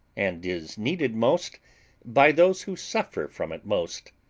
and is needed most by those who suffer from it most.